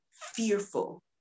fearful